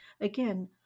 again